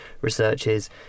researches